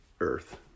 Earth